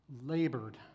labored